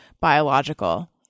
biological